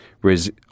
Whereas